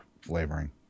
flavoring